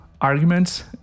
arguments